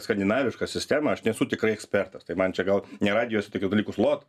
skandinaviška sistema aš nesu tikrai ekspertas tai man čia gal ne radijuose tokius dalykus lot